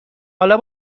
حالا